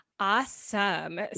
Awesome